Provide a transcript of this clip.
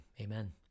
amen